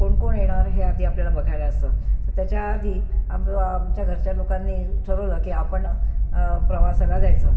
कोण कोण येणार हे आधी आपल्याला बघायला असं त्याच्या आधी आमचं आमच्या घरच्या लोकांनी ठरवलं की आपण प्रवासाला जायचं